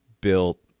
built